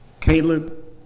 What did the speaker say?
Caleb